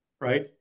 right